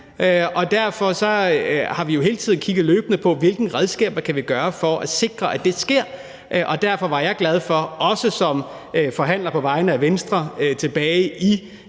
Og derfor har vi jo hele tiden kigget løbende på, hvilke redskaber vi kan bruge for at sikre, at det sker. Og derfor var jeg også glad for som forhandler på vegne af Venstre i